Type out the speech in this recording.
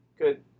good